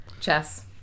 Chess